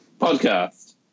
podcast